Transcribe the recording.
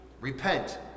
Repent